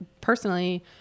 personally